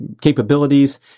capabilities